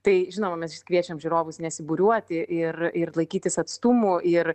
tai žinoma mes kviečiam žiūrovus nesibūriuoti ir ir laikytis atstumų ir